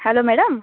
hello madam